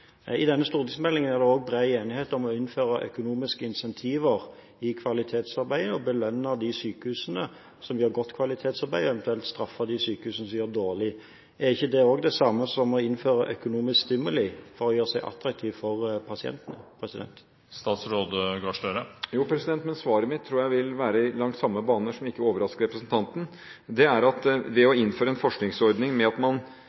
I denne stortingsmeldingen er det også bred enighet om å innføre økonomiske insentiver i kvalitetsarbeidet og belønne de sykehusene som gjør et godt kvalitetsarbeid, eventuelt straffe de sykehusene som gjør det dårlig. Er ikke det også det samme som å innføre økonomiske stimuli for å gjøre seg attraktive for pasientene? Jo, men svaret mitt tror jeg vil være langs de samme baner, noe som ikke overrasker representanten. Det er at å innføre en forsøksordning der man gjør det økonomisk tydelig at det skal føles om man